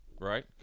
Right